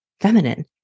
feminine